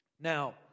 Now